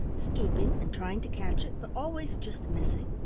stooping and trying to catch it, but always just missing.